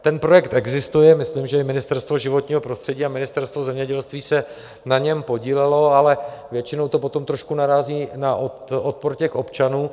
Ten projekt existuje, myslím, že i Ministerstvo životního prostředí a Ministerstvo zemědělství se na něm podílelo, ale většinou to potom trošku narazí na odpor občanů.